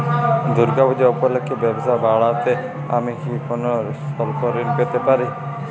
দূর্গা পূজা উপলক্ষে ব্যবসা বাড়াতে আমি কি কোনো স্বল্প ঋণ পেতে পারি?